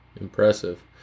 Impressive